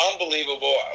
unbelievable